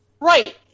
Right